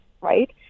Right